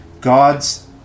God's